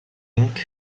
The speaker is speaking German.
inc